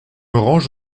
range